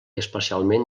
especialment